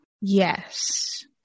Yes